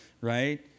right